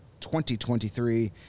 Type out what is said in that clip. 2023